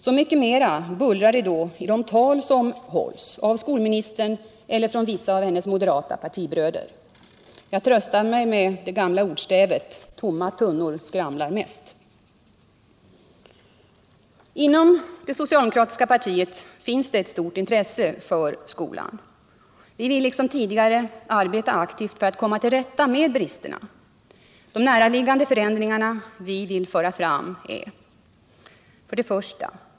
Så mycket mer bullrar det då i de tal som hålls av skolministern eller av vissa av hennes moderata partibröder. Jag tröstar mig med det gamla ordstävet: Tomma tunnor skramlar mest. Inom det socialdemokratiska partiet finns et stort intresse för skolan. Vi vill liksom tidigare arbeta aktivt för att komma till rätta med bristerna. De näraliggande förändringar vi vill föra fram är: 1.